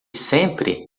sempre